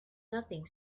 nothing